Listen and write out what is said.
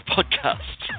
Podcast